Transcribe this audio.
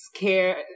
Scared